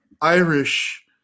irish